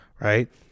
right